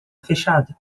fechada